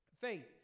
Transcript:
faith